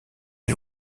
est